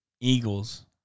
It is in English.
Eagles